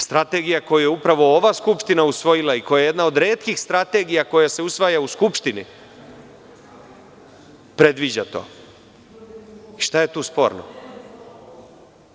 Strategija koju je upravo ova skupština usvojila i koja je jedna od retkih strategija koja se usvaja u Skupštini predviđa to.